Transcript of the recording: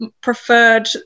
preferred